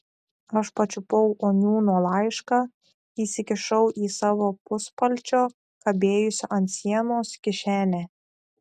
aš pačiupau oniūno laišką įsikišau į savo puspalčio kabėjusio ant sienos kišenę